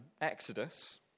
Exodus